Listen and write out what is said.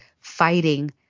fighting